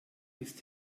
ist